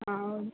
ಹಾಂ ಹೌದು